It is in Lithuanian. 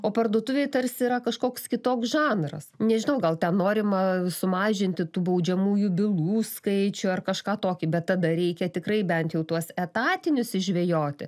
o parduotuvėj tarsi yra koks kitoks žanras nežinau gal ten norima sumažinti tų baudžiamųjų bylų skaičių ar kažką tokį bet tada reikia tikrai bent jau tuos etatinius išžvejoti